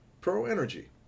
Pro-energy